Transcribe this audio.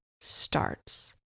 starts